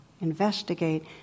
investigate